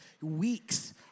weeks